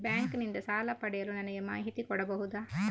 Bank ನಿಂದ ಸಾಲ ಪಡೆಯಲು ನನಗೆ ಮಾಹಿತಿ ಕೊಡಬಹುದ?